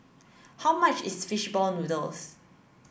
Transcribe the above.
how much is fish ball noodles